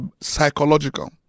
psychological